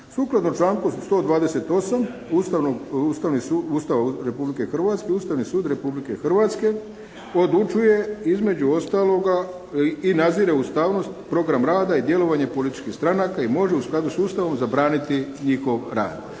Sukladno članku 128. Ustava Republike Hrvatske, Ustavni sud Republike Hrvatske odlučuje između ostaloga i nadzire ustavnost, program rada i djelovanje političkih stranaka i može u skladu s Ustavom zabraniti njihov rad.